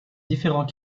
différents